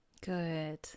Good